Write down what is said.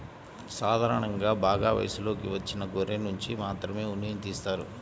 సాధారణంగా బాగా వయసులోకి వచ్చిన గొర్రెనుంచి మాత్రమే ఉన్నిని తీస్తారు